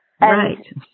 Right